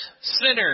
sinner